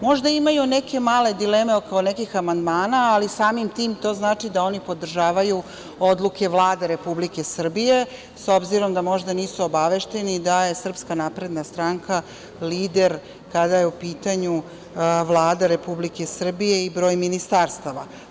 Možda imaju neke male dileme oko nekih amandmana ali samim tim to znači da oni podržavaju odluke Vlade Republike Srbije, s obzirom da nisu obavešteni da je SNS lider kada je u pitanju Vlada Republike Srbije i broj ministarstava.